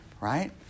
right